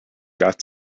got